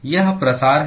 यह प्रसार है